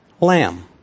lamb